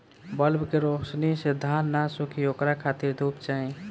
bulb के रौशनी से धान न सुखी ओकरा खातिर धूप चाही